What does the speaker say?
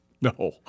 No